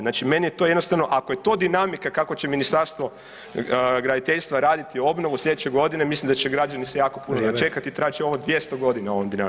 Znači meni je to jednostavno ako je to dinamika kako će Ministarstvo graditeljstva raditi obnovu sljedeće godine, mislim da će građani se jako puno načekati i trajat će ovo 200 godina ovom dinamikom.